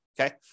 Okay